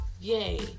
yay